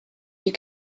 you